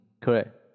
Correct